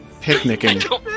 picnicking